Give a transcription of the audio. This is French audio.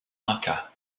inca